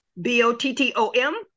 b-o-t-t-o-m